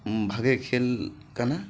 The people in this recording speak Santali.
ᱵᱷᱟᱜᱤ ᱠᱷᱮᱞ ᱠᱟᱱᱟ